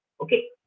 Okay